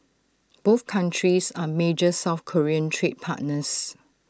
both countries are major south Korean trade partners